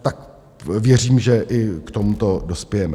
Tak věřím, že i k tomuto dospějeme.